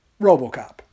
RoboCop